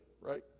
right